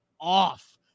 off